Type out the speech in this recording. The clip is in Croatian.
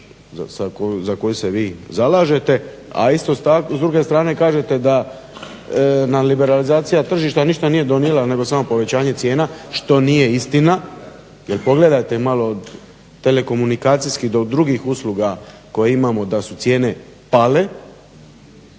za koju se vi zalažete, a isto s druge strane kažete da nam liberalizacija tržišta ništa nije donijela nego samo povećanje cijena što nije istina. Jer pogledajte malo telekomunikacijski drugih usluga koje imamo da su cijene pale.